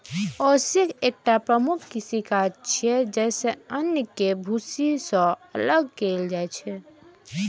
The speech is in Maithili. ओसौनी एकटा प्रमुख कृषि काज छियै, जइसे अन्न कें भूसी सं अलग कैल जाइ छै